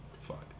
Fuck